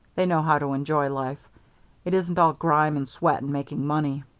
they know how to enjoy life it isn't all grime and sweat and making money.